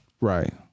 Right